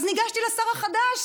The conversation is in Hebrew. אז ניגשתי לשר החדש,